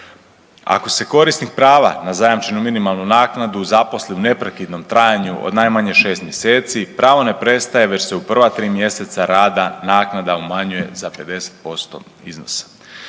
Ako se korisnik prava na zajamčenu minimalnu naknadu zaposli u neprekidnom trajanju od najmanje 6 mjeseci, pravo ne prestaje već se u prva 3 mjeseca rada naknada umanjuje za 50% iznosa.